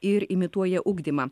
ir imituoja ugdymą